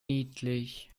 niedlich